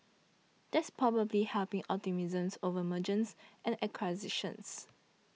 that's probably helping optimism over mergers and acquisitions